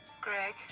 Greg